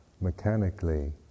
mechanically